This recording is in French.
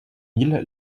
mille